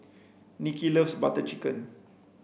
Nikki loves butter chicken